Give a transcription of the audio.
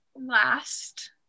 last